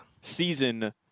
season